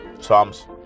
Psalms